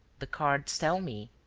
the cards tell me.